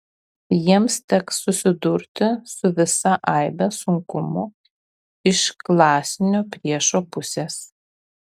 jiems teks susidurti su visa aibe sunkumų iš klasinio priešo pusės